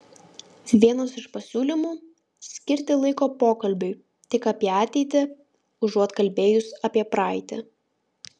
vienas iš pasiūlymų skirti laiko pokalbiui tik apie ateitį užuot kalbėjus apie praeitį